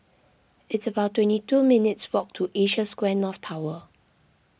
it's about twenty two minutes' walk to Asia Square North Tower